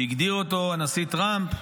שהגדיר אותו הנשיא טראמפ,